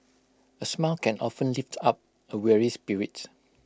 A smile can often lift up A weary spirit